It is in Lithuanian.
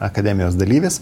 akademijos dalyvis